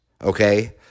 okay